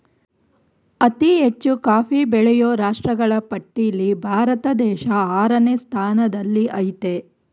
ಅತಿ ಹೆಚ್ಚು ಕಾಫಿ ಬೆಳೆಯೋ ರಾಷ್ಟ್ರಗಳ ಪಟ್ಟಿಲ್ಲಿ ಭಾರತ ದೇಶ ಆರನೇ ಸ್ಥಾನದಲ್ಲಿಆಯ್ತೆ